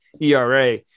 ERA